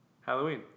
Halloween